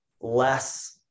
less